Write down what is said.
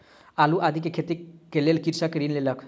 आलू आदि के खेतीक लेल कृषक ऋण लेलक